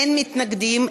אין מתנגדים,